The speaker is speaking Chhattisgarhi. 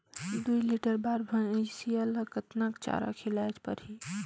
दुई लीटर बार भइंसिया ला कतना चारा खिलाय परही?